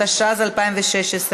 התשע"ז 2016,